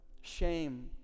shame